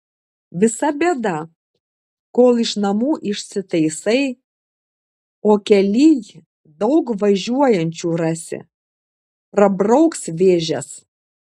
visa bėda kol iš namų išsitaisai o kelyj daug važiuojančių rasi prabrauks vėžes